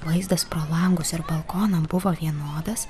vaizdas pro langus ir balkoną buvo vienodas